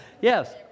Yes